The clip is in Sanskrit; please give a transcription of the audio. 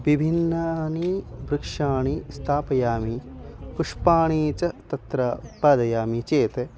विभिन्नानि वृक्षाणि स्थापयामि पुष्पाणि च तत्र उत्पादयामि चेत्